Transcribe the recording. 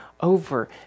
over